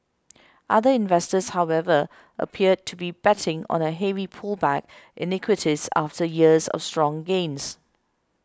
other investors however appear to be betting on a heavy pullback in equities after years of strong gains